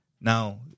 Now